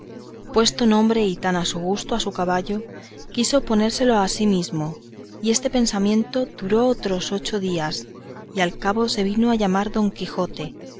puesto nombre y tan a su gusto a su caballo quiso ponérsele a sí mismo y en este pensamiento duró otros ocho días y al cabo se vino a llamar don quijote